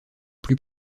plus